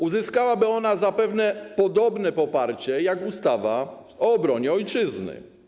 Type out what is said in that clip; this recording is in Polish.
Uzyskałaby ona zapewne podobne poparcie jak ustawa o obronie Ojczyzny.